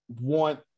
want